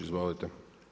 Izvolite.